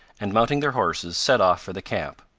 and mounting their horses set off for the camp.